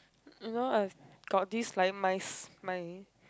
you know I have got this like my s~ my